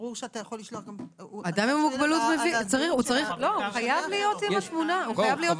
הוא חייב להיות עם התעודה.